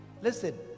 listen